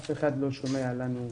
אף אחד לא שומע לנו,